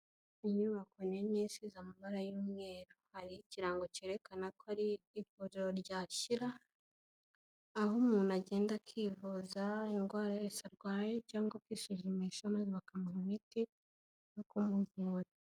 Inyubako nini isize amabara y'umweru, hari ikirango kerekana ko ari ivuriro rya Shyira, aho umuntu agenda akivuza indwara yose arwaye cyangwa kwisuzumisha maze bakamuha imiti bakamuvura.